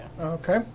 Okay